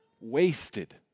wasted